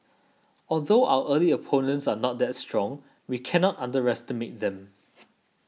although our early opponents are not that strong we can not underestimate them